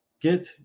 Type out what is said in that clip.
get